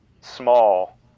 small